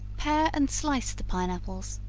pare and slice the pine apples,